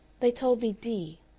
they told me d,